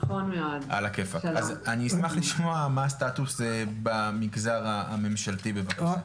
אני אשמח לשמוע מה הסטטוס במגזר הממשלתי בבקשה.